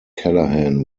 callahan